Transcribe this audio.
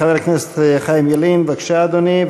חבר הכנסת חיים ילין, בבקשה, אדוני.